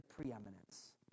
preeminence